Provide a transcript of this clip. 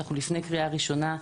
אנחנו לפני הקריאה הראשונה,